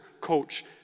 coach